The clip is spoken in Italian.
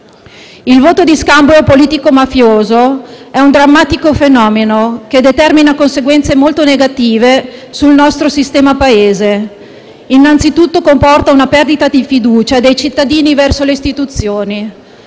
Il voto di scambio politico-mafioso è un drammatico fenomeno che determina conseguenze molto negative sul nostro sistema Paese. Innanzitutto comporta una perdita di fiducia dei cittadini verso le istituzioni;